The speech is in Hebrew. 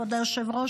כבוד היושב-ראש,